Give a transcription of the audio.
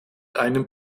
einem